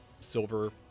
silver